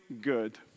good